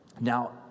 Now